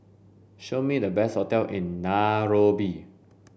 show me the best hotel in Nairobi